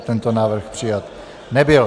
Tento návrh přijat nebyl.